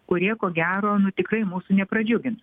kurie ko gero nu tiktai mūsų nepradžiugins